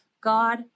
God